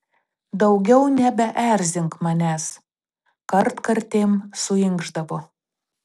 daugiau nebeerzink manęs kartkartėm suinkšdavo